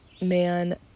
man